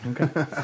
Okay